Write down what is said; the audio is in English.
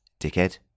dickhead